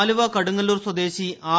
ആലുവ കടുങ്ങല്ലൂർ സ്വദേശി ആർ